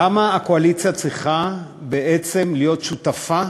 למה הקואליציה צריכה בעצם להיות שותפה